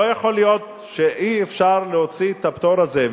לא יכול להיות שאי-אפשר להוציא את הפטור הזה.